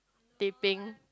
tapping